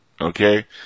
Okay